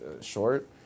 short